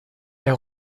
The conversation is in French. est